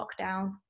lockdown